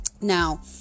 Now